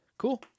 Cool